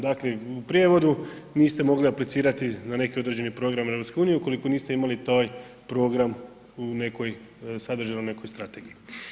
Dakle u prijevodu niste mogli aplicirati na neke određene programe EU ukoliko niste imali taj program u nekoj, sadržajnoj nekoj strategiji.